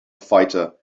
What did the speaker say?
fighter